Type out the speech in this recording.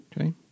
Okay